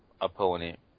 opponent